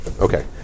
Okay